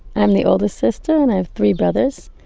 i'm the oldest sister and i have three brothers.